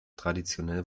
traditionell